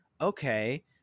Okay